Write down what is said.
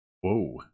Whoa